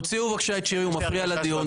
תוציאו בבקשה את שירי, הוא מפריע לדיון.